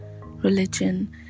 religion